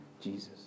Jesus